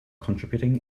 contributing